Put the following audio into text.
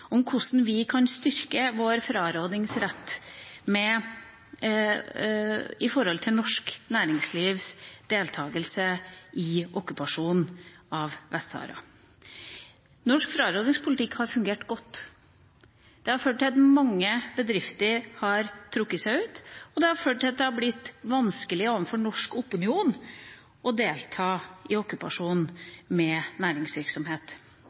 kan vi styrke vår frarådingsrett i forhold til norsk næringslivs deltagelse i okkupasjonen av Vest-Sahara? Norsk frarådingspolitikk har fungert godt. Den har ført til at mange bedrifter har trukket seg ut, og den har ført til at det har blitt vanskelig overfor norsk opinion å delta i okkupasjonen med næringsvirksomhet.